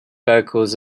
vocals